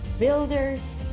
builders,